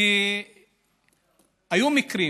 כי היו מקרים.